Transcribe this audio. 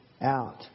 out